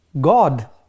God